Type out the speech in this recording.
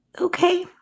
okay